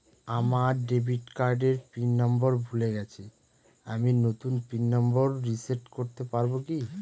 আমার ডেবিট কার্ডের PIN number ভুলে গেছি আমি নূতন পিন নম্বর রিসেট করতে পারবো কি?